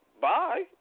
Bye